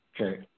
Okay